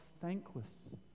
thankless